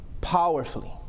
powerfully